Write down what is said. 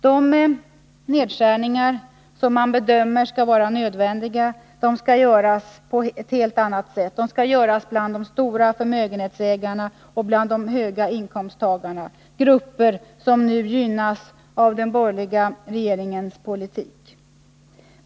De nedskärningar som man bedömer som nödvändiga skall göras på ett helt annat sätt. De skall göras bland de stora förmögenhetsägarna och de höga inkomsttagarna, grupper som nu gynnats av den borgerliga regeringens politik.